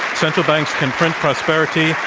central banks can print pro sperity.